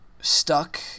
stuck